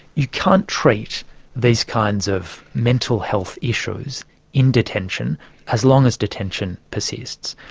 you can't treat these kinds of mental health issues in detention as long as detention persists.